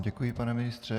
Děkuji vám, pane ministře.